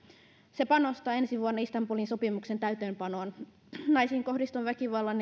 se panostaa ensi vuonna istanbulin sopimuksen täytäntöönpanoon naisiin kohdistuvan väkivallan